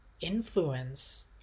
influence